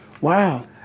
Wow